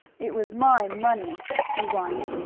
it was my money, he whined.